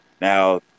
Now